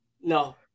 No